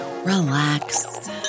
relax